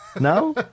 No